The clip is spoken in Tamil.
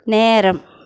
நேரம்